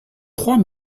trois